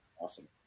Awesome